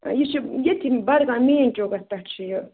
یہِ چھُ ییٚتتھٕے بَڈگامہِ مین چوکَس پٮ۪ٹھ چھُ یہِ